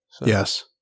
Yes